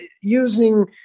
using